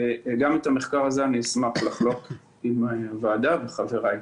וגם את המחקר הזה אני אשמח לחלוק עם הוועדה ועם חבריי.